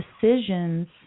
decisions